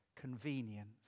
Convenience